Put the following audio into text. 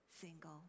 single